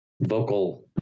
vocal